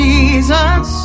Jesus